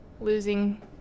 losing